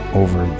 over